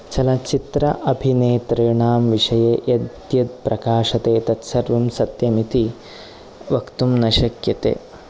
चलच्चित्र अभिनेतॄणां विषये यद्यद् प्रकाशते तत्सर्वं सत्यमिति वक्तुं न शक्यते